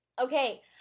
Okay